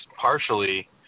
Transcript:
partially